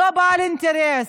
לא בעל אינטרס,